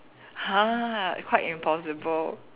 !huh! quite impossible